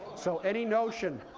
so any notion